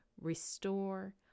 restore